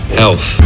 health